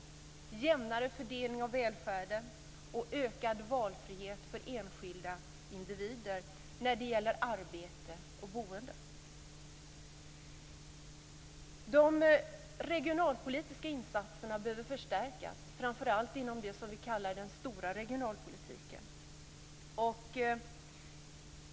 Vi får en jämnare fördelning av välfärden och ökad valfrihet för enskilda individer när det gäller arbete och boende. De regionalpolitiska insatserna behöver förstärkas, framför allt inom det som vi kallar den stora regionalpolitiken.